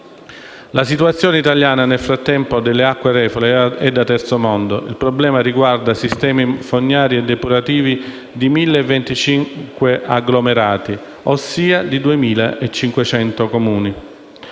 La situazione italiana delle acque reflue, nel frattempo, è da terzo mondo. Il problema riguarda sistemi fognari e depurativi di 1.025 agglomerati, ossia di 2.500 Comuni.